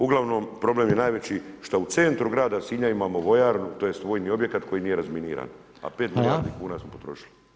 Uglavnom, problem je najveći šta u centru grada Sina imamo vojarnu tj. vojni objekat koji nije razminiran, a 5 milijardi kuna smo potrošili.